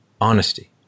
honesty